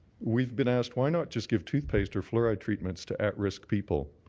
we've been asked why not just give toothpaste or fluoride treatments to at-risk people?